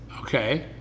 Okay